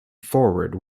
forward